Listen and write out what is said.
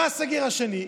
בא הסגר השני,